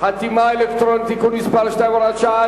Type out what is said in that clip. חתימה אלקטרונית (תיקון מס' 2 והוראת שעה)